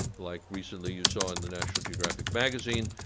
like recently you saw in the national geographic magazine,